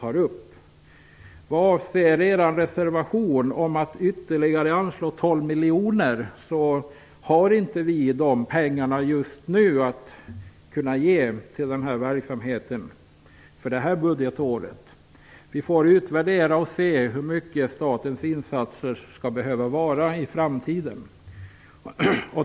När det gäller er reservation om att anslå ytterligare 12 miljoner vill jag säga att vi inte har dessa pengar just nu, och vi kan därför inte ge dem till den här verksamheten för det här budgetåret. Vi får utvärdera och se hur stora statens insatser skall behöva vara i framtiden.